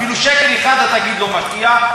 אפילו שקל אחד התאגיד לא משקיע.